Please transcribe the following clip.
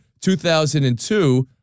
2002